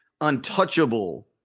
untouchable